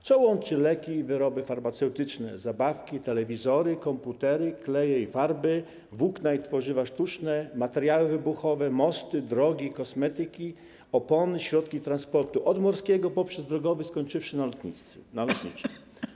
Co łączy leki i wyroby farmaceutyczne, zabawki, telewizory, komputery, kleje i farby, włókna i tworzywa sztuczne, materiały wybuchowe, mosty, drogi, kosmetyki, opony, środki transportu od morskiego poprzez drogowy, skończywszy na lotnictwie?